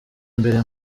mbere